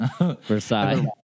Versailles